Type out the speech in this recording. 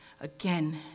again